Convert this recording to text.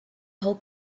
whole